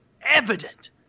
evident